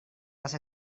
les